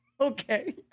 okay